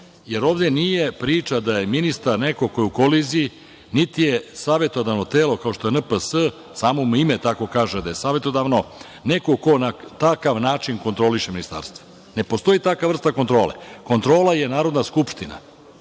jer ovde nije priča da je ministar neko ko je u koliziji, niti je savetodavno telo kao što je NPS, samo mu ime tako kaže da je savetodavno, neko ko na takav način kontroliše Ministarstvo. Ne postoji takva vrsta kontrole. Kontrola je Narodna skupština.